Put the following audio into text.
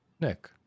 Nick